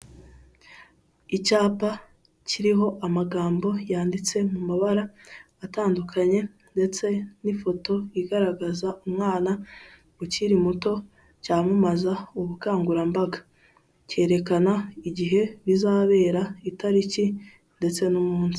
Icyapa kiriho amagambo yanditse mu mabara atandukanye, ndetse n'ifoto igaragaza umwana ukiri muto, cyamamaza ubukangurambaga. Cyerekana igihe bizabera, itariki, ndetse n'umunsi.